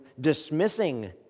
dismissing